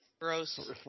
Gross